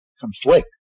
conflict